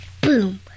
Boom